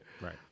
Right